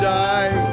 die